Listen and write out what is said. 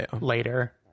later